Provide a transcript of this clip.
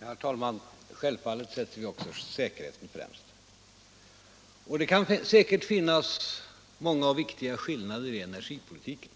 Herr talman! Självfallet sätter också vi säkerheten främst. Det kan säkert finnas många och viktiga skillnader i uppskattningarna om energipolitiken.